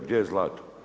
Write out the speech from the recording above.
Gdje je zlato?